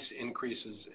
increases